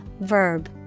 verb